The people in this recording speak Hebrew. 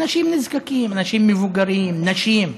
אנשים נזקקים, אנשים מבוגרים, נשים.